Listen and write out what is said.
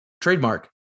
trademark